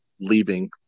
leaving